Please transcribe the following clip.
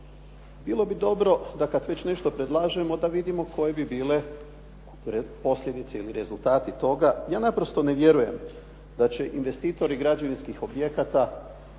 Bilo bi dobro da kad već nešto predlažemo da vidimo koje bi bile posljedice ili rezultati toga. Ja naprosto ne vjerujem da će investitori građevinskih objekata,